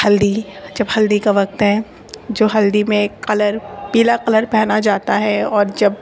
ہلدی جب ہلدی کا وقت ہے جو ہلدی میں قلر پیلا قلر پہنا جاتا ہے اور جب